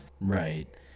Right